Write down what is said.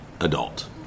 adult